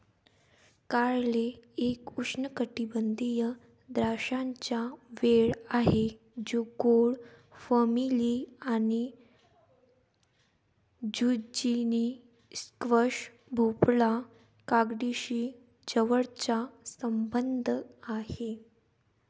कारले एक उष्णकटिबंधीय द्राक्षांचा वेल आहे जो गोड फॅमिली आणि झुचिनी, स्क्वॅश, भोपळा, काकडीशी जवळचा संबंध आहे